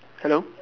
hello